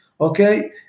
okay